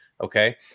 Okay